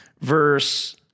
Verse